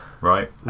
right